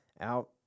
out